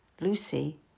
Lucy